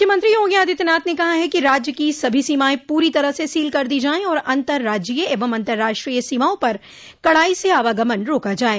मुख्यमंत्री योगी आदित्यनाथ ने कहा है कि राज्य की सभी सीमाएं पूरी तरह से सील कर दी जाये और अतंर्राज्जीय एवं अतंर्राष्ट्रीय सीमाओं पर कड़ाई से आवागमन रोका जाये